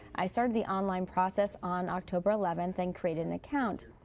i started the online process on october eleventh and created an account.